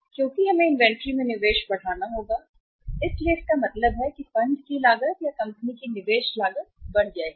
क्योंकि हमें इन्वेंट्री में निवेश बढ़ाना होगा इसलिए इसका मतलब है कि फंड की लागत या कंपनी की निवेश लागत बढ़ जाएगी